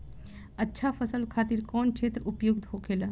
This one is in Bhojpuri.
अच्छा फसल खातिर कौन क्षेत्र उपयुक्त होखेला?